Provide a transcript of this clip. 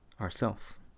Ourself